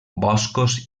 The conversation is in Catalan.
boscos